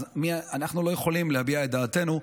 אנחנו לא יכולים להביע את דעתנו,